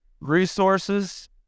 Resources